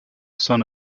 son